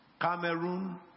Cameroon